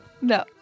No